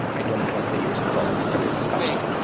i don't know what they use internally, but it's custom.